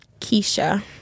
Keisha